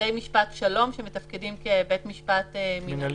בתי משפט שלום שמתפקדים כבית משפט מינהלי.